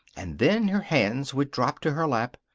and then her hands would drop to her lap.